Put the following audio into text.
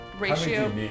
ratio